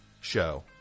show